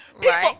People